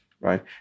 right